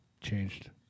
changed